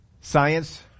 Science